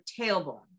tailbone